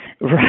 Right